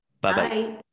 Bye-bye